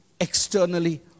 externally